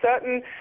certain